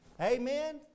Amen